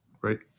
Right